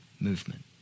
movement